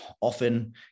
often